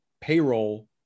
payroll